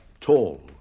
tall